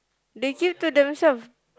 they keep to themselves